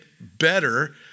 better